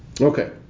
okay